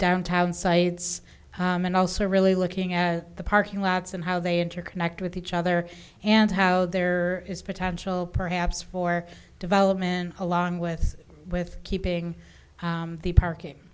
downtown sites and also really looking at the parking lots and how they interconnect with each other and how there is potential perhaps for development along with with keeping the parking